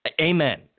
Amen